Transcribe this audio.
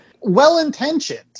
well-intentioned